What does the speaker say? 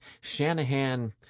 Shanahan